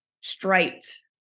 striped